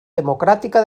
democràtica